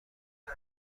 کنی